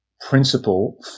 principle